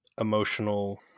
emotional